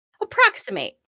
Approximate